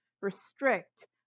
restrict